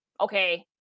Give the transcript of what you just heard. Okay